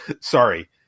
Sorry